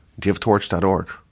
GiveTorch.org